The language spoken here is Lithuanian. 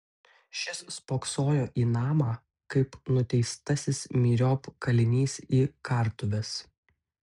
šis spoksojo į namą kaip nuteistasis myriop kalinys į kartuves